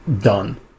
done